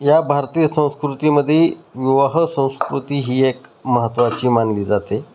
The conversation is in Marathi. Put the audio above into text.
या भारतीय संस्कृतीमध्ये विवाह संस्कृती ही एक महत्त्वाची मानली जाते